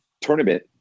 tournament